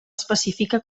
específica